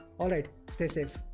alright, stay safe.